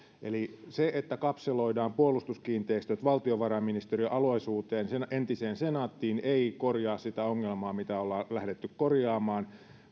se että kapseloidaan puolustuskiinteistöt valtiovarainministeriön alaisuuteen entiseen senaattiin ei korjaa sitä ongelmaa mitä ollaan lähdetty korjaamaan